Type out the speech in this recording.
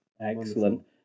Excellent